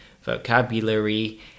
vocabulary